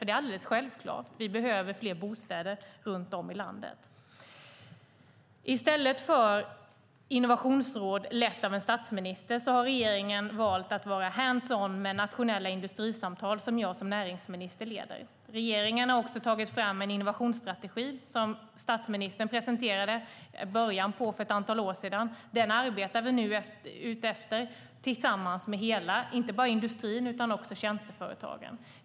Det är alldeles självklart att vi behöver fler bostäder runt om landet. I stället för ett innovationsråd lett av en statsminister har regeringen valt att vara hands on med nationella industrisamtal som jag som näringsminister leder. Regeringen har också tagit fram en innovationsstrategi vars början statsministern presenterade för ett antal år sedan. Den arbetar vi nu efter tillsammans med inte bara industrin utan också tjänsteföretagen.